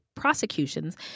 prosecutions